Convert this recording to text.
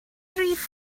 rif